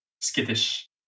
skittish